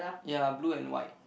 ya blue and white